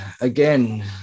Again